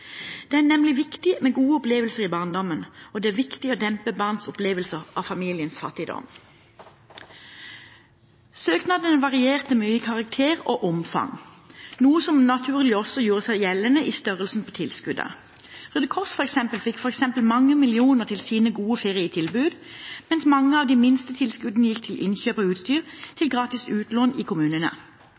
Det er nemlig viktig med gode opplevelser i barndommen, og det er viktig å dempe barns opplevelser av familiens fattigdom. Søknadene varierte mye i karakter og omfang, noe som naturlig nok også gjorde seg gjeldende i størrelsen på tilskuddet. Røde Kors fikk f.eks. mange millioner til sine gode ferietilbud, mens mange av de minste tilskuddene gikk til innkjøp av utstyr til gratis utlån i kommunene.